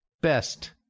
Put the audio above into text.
Best